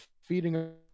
feeding